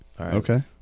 Okay